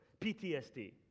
PTSD